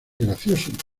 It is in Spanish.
gracioso